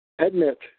Admit